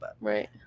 Right